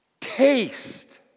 Taste